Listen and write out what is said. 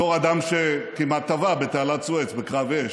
בתור אדם שכמעט טבע בתעלת סואץ בקרב אש,